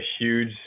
huge